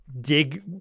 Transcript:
dig